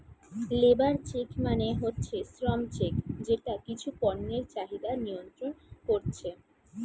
labour check মানে হচ্ছে শ্রম চেক যেটা কিছু পণ্যের চাহিদা নিয়ন্ত্রণ কোরছে